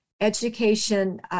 education